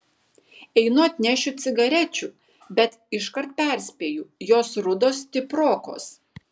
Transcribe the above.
einu atnešiu cigarečių bet iškart perspėju jos rudos stiprokos